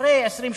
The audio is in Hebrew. אחרי 20,